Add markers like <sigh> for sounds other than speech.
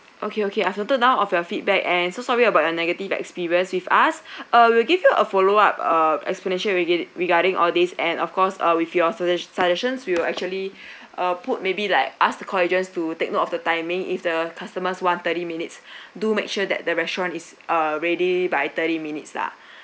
okay okay I've noted down of your feedback and so sorry about your negative experience with us <breath> uh we'll give you a follow up a explanation we get it regarding all these and of course uh with your suggest suggestions we will actually <breath> uh put maybe like ask the call agents to take note of the timing if the customers want thirty minutes <breath> do make sure that the restaurant is uh ready by thirty minutes lah <breath>